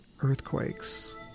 earthquakes